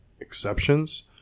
exceptions